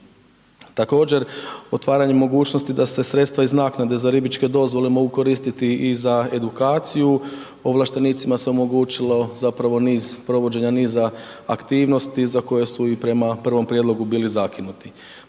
Također otvaranje mogućnosti da se sredstva iz naknade za ribičke dozvole mogu koristiti i za edukaciju, ovlaštenicima se omogućilo zapravo niz, provođenja niza aktivnosti za koje su prema prvom prijedlogu bili zakinuti.